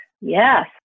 Yes